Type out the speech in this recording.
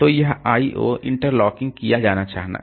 तो यह I O interlocking किया जाना है